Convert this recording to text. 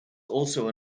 also